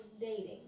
dating